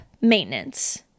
maintenance